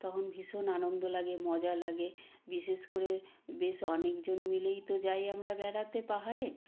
তখন ভীষণ আনন্দ লাগে মজা লাগে বিশেষ করে বেশ অনেকজন মিলেই তো যাই আমরা বেড়াতে পাহাড়ে